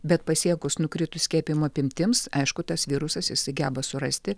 bet pasiekus nukritus skiepijimo apimtims aišku tas virusas jisai geba surasti